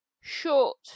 short